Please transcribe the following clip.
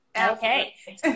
Okay